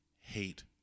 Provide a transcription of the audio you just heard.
hate